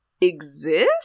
exist